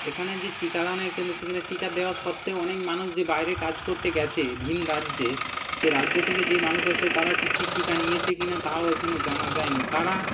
এখানে যে টিকা দানের কেন্দ্র সেখানে টিকা দেওয়ার সত্ত্বেও অনেক মানুষ যে বাইরে কাজ করতে গেছে ভিন রাজ্যে সেই রাজ্য থেকে যে মানুষ আসে তারা ঠিক ঠিক টিকা নিয়েছে কি না তাও এখনও জানা যায় নি তারা